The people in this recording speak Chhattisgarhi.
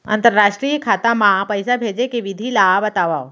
अंतरराष्ट्रीय खाता मा पइसा भेजे के विधि ला बतावव?